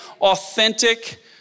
authentic